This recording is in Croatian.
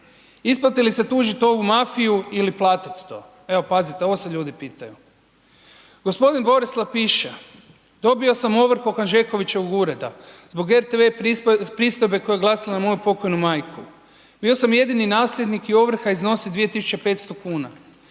Isplati li se tužit ovu mafiju ili platit to? Evo, pazite, ovo se ljudi pitaju. g. Borislav piše, dobio sam ovrhu od Hanžekovićevog ureda zbog RTV pristojbe koja je glasila na moju pokojnu majku, bio sam jedini nasljednik i ovrha iznosi 2.500,00